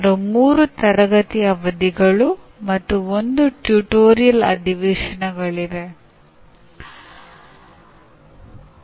ಅಥವಾ ತರಗತಿಯಲ್ಲಿ ಒಂದು ಸಮಸ್ಯೆಯನ್ನು ಪರಿಹರಿಸಲು ಪ್ರತ್ಯೇಕ ವಿದ್ಯಾರ್ಥಿಯನ್ನು ಕೇಳಿಕೊಳ್ಳುವುದು